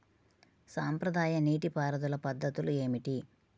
సాంప్రదాయ నీటి పారుదల పద్ధతులు ఏమిటి?